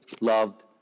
loved